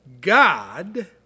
God